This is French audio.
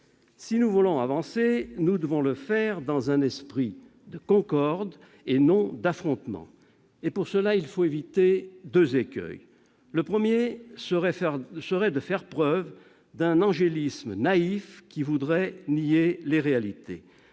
Si nous voulons avancer, nous devons le faire dans un esprit de concorde, et non d'affrontement. Pour cela, il nous faut éviter deux écueils. Le premier serait de faire preuve d'un angélisme naïf et de nier la réalité